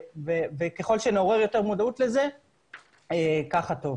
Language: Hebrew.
וככל שנעורר יותר מודעות לזה ככה טוב.